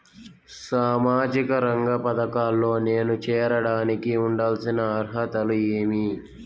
సామాజిక రంగ పథకాల్లో నేను చేరడానికి ఉండాల్సిన అర్హతలు ఏమి?